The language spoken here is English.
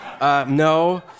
No